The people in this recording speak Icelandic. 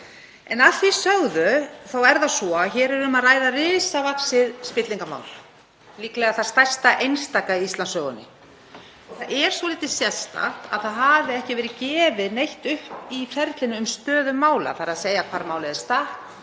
En að því sögðu þá er það svo að hér er um að ræða risavaxið spillingarmál, líklega það stærsta einstaka í Íslandssögunni. Það er svolítið sérstakt að það hafi ekki verið gefið neitt upp í ferlinu um stöðu mála, þ.e. hvar málið er statt,